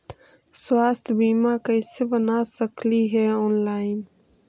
स्वास्थ्य बीमा कैसे बना सकली हे ऑनलाइन?